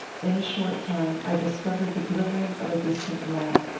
in a short time i discovered the glimmering of a distant lamp.